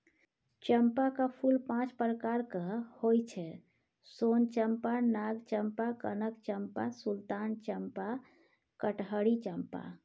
चंपाक फूल पांच प्रकारक होइ छै सोन चंपा, नाग चंपा, कनक चंपा, सुल्तान चंपा, कटहरी चंपा